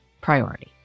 priority